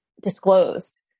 disclosed